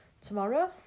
tomorrow